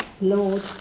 Lord